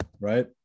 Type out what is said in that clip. Right